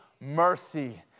mercy